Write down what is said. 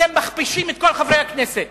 אתם מכפישים את כל חברי הכנסת.